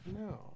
No